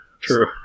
True